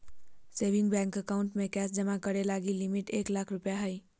saving bank account में cash जमा करे लगी लिमिट एक लाख रु हइ